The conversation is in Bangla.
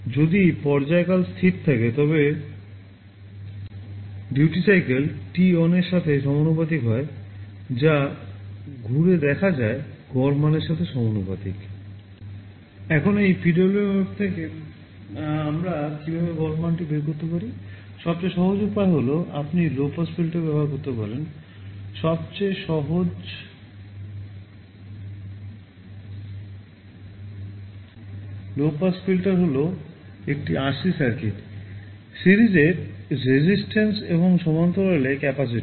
যদি পর্যায়কাল স্থির থাকে তবে duty cycle t on এর সাথে সমানুপাতিক হয় যা ঘুরে দেখা যায় গড় মানের সাথে সমানুপাতিক